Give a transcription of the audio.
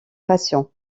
passion